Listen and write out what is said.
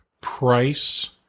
price